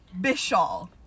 Bishal